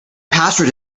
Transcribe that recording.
password